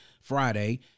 Friday